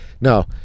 No